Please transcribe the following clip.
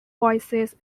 voices